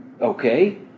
okay